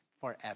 forever